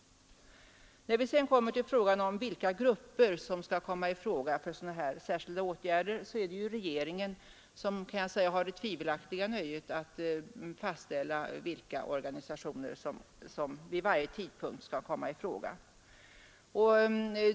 När det sedan gäller vilka grupper som skall komma i fråga för sådana här särskilda åtgärder är det ju regeringen som har det tvivelaktiga nöjet, om jag så får säga, att fastställa vilka organisationer som vid varje tidpunkt skall komma i fråga.